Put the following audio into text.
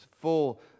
full